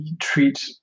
treat